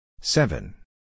Seven